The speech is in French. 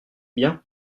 bien